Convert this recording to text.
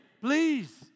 Please